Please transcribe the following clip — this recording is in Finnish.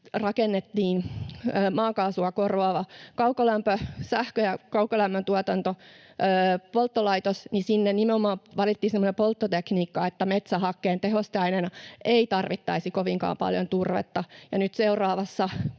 rakennettiin maakaasua korvaava sähkön ja kaukolämmön tuotantolaitos, niin sinne nimenomaan valittiin semmoinen polttotekniikka, että metsähakkeen tehosteaineena ei tarvittaisi kovinkaan paljon turvetta,